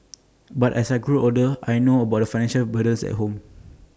but as I grew older I knew about the financial burdens at home